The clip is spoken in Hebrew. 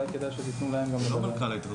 אולי תיתנו גם להם לדבר.